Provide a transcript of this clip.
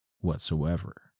whatsoever